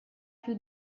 più